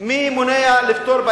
מי מונע לפתור את הסכסוכים במזרח התיכון?